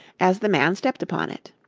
as the man stepped upon it.